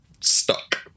stuck